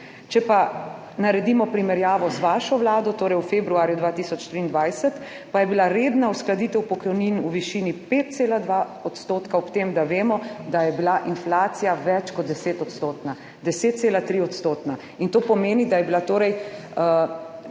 Če pa naredimo primerjavo z vašo vlado, torej v februarju 2023, pa je bila redna uskladitev pokojnin v višini 5,2 %, ob tem, da vemo, da je bila inflacija več kot 10 odstotna, 10,3 odstotna. In to pomeni, da je bila torej